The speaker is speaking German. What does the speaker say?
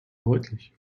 deutlich